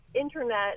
internet